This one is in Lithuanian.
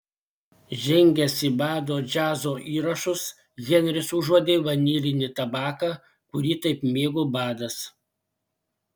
žengęs į bado džiazo įrašus henris užuodė vanilinį tabaką kurį taip mėgo badas